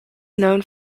known